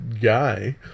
guy